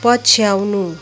पछ्याउनु